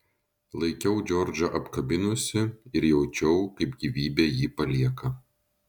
laikiau džordžą apkabinusi ir jaučiau kaip gyvybė jį palieka